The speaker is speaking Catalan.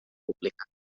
públic